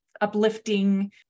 uplifting